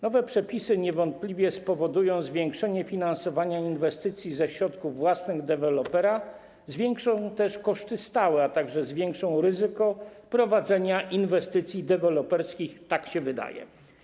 Nowe przepisy niewątpliwie spowodują zwiększenie finansowania inwestycji ze środków własnych dewelopera, zwiększą też koszty stałe, a także zwiększą ryzyko prowadzenia inwestycji deweloperskich, tak się wydaje.